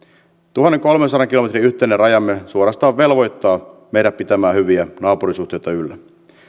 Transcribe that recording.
tuhannenkolmensadan kilometrin yhteinen rajamme suorastaan velvoittaa meidät pitämään hyviä naapurisuhteita yllä